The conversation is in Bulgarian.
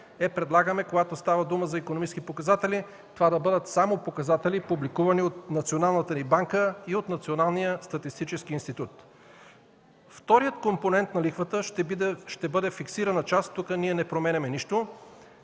текст, когато става дума за икономически показатели, това да бъдат само показатели, публикувани от Националната ни банка и от Националния статистически институт. Вторият компонент на лихвата ще бъде фиксирана част. Тук ние не променяме нищо.